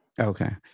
Okay